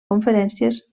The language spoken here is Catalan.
conferències